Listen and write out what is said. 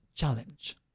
Challenge